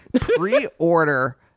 Pre-order